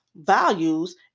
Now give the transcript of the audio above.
values